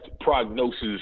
prognosis